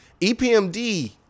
EPMD